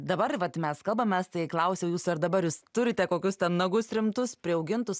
dabar vat mes kalbamės mes tai klausiau jūs ar dabar jūs turite kokius ten nagus rimtus priaugintus